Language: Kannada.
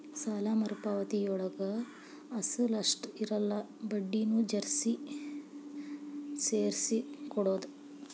ಸಾಲ ಮರುಪಾವತಿಯೊಳಗ ಅಸಲ ಅಷ್ಟ ಇರಲ್ಲ ಬಡ್ಡಿನೂ ಸೇರ್ಸಿ ಕೊಡೋದ್